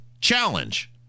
Challenge